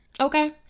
Okay